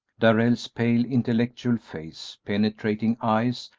darrell's pale, intellectual face, penetrating eyes,